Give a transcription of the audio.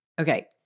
Okay